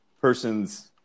person's